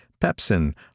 pepsin